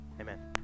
amen